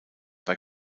bei